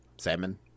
Salmon